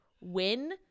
win